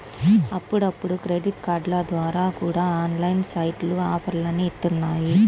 అప్పుడప్పుడు క్రెడిట్ కార్డుల ద్వారా కూడా ఆన్లైన్ సైట్లు ఆఫర్లని ఇత్తన్నాయి